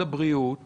הבריאות מוביל